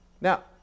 Now